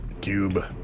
cube